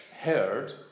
heard